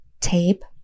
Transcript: tape